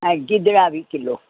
ऐं गिदिरा बि किलो